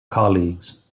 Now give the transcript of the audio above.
colleagues